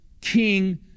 king